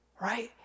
right